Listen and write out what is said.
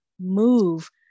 move